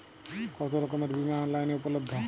কতোরকমের বিমা অনলাইনে উপলব্ধ?